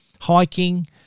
hiking